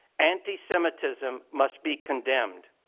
anti-semitism must be condemned.